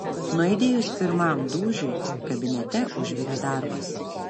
nuaidėjus pirmam dūžiui kabinete užvirė darbas